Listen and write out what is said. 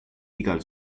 igal